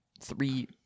Three